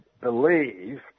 believe